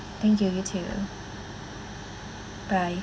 thank you you too bye